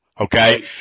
okay